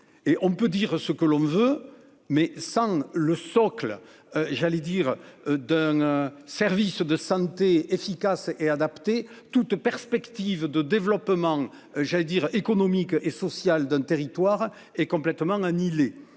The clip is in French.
et on peut dire ce que l'on veut mais sans le socle j'allais dire d'un service de santé efficace et adaptée toute perspective de développement, j'allais dire économique et sociales d'un territoire est complètement annihilé